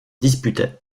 disputaient